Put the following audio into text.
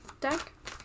deck